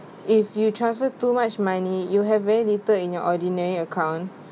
if you transfer too much money you have very little in your ordinary account